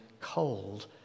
cold